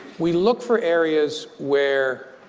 we look for areas where,